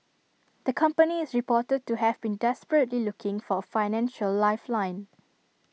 the company is reported to have been desperately looking for financial lifeline